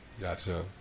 gotcha